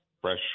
fresh